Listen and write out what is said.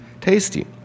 tasty